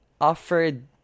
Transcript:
offered